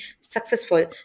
successful